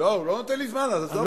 לא, הוא לא נותן לי זמן, אז עזוב.